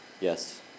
Yes